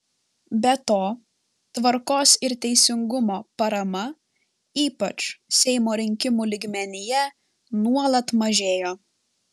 be to tvarkos ir teisingumo parama ypač seimo rinkimų lygmenyje nuolat mažėjo